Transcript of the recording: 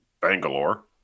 Bangalore